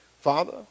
Father